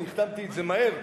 החתמתי את זה מהר,